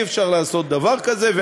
אי-אפשר לעשות דבר כזה.